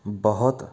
ਬਹੁਤ